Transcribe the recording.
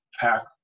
pack